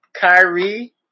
Kyrie